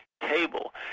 table